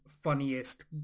funniest